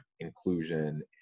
Inclusion